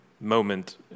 moment